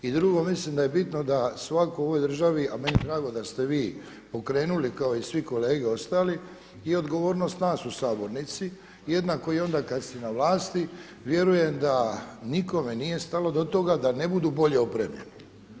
I drugo mislim da je bitno da svatko u ovoj državi, a meni je drago da ste vi pokrenuli kao i svi kolege ostali i odgovornost nas u sabornici jednako i onda kada si na vlasti, vjerujem da nikome nije stalo do toga da ne budu bolje opremljeni.